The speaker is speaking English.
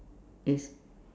it's